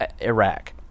Iraq